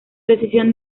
decisión